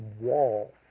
wall